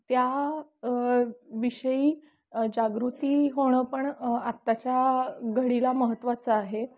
त्या विषयी जागृती होणं पण आत्ताच्या घडीला महत्त्वाचं आहे